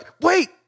Wait